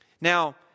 Now